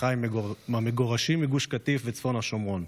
אחיי המגורשים מגוש קטיף ומצפון השומרון,